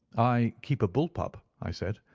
i keep a bull pup, i said,